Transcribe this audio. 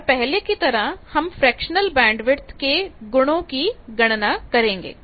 और पहले की तरह हम फ्रेक्शनल बैंडविड्थ के गुणों की गणना करेंगे